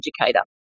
educator